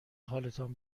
حالتان